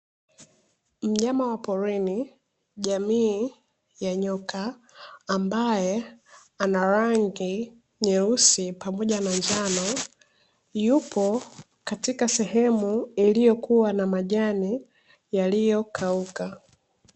Mnyama wa porini jamii ya nyoka ambae ana rangi nyeusi pamoja na njano, yupo katika sehemu iliyokuwa na majani yaliyokauka.